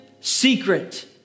secret